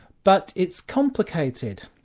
but it's complicated.